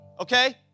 okay